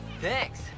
Thanks